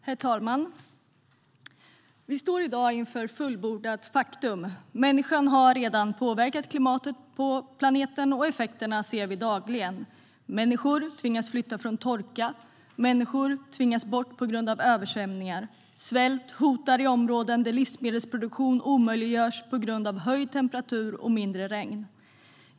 Herr talman! Vi står i dag inför fullbordat faktum. Människan har redan påverkat klimatet på planeten, och effekterna ser vi dagligen. Människor tvingas flytta från torka. Människor tvingas bort på grund av översvämningar. Svält hotar i områden där livsmedelsproduktion omöjliggörs på grund av höjd temperatur och mindre regn.